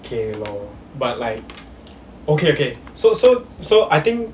okay lor but like okay okay so so so I think